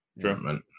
true